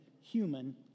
human